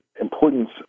importance